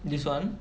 this [one]